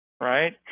right